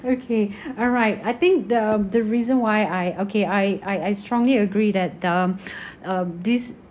okay alright I think the the reason why I okay I I I strongly agree that um um this